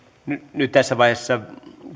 nyt tässä vaiheessa